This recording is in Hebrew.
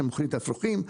שמוכרים את האפרוחים.